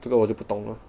这个我就不懂了